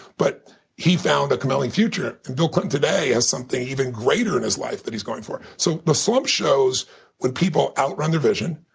but he found a compelling future, and bill clinton today has something even greater in his life that he's going for. so the slump shows when people outrun their vision,